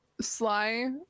Sly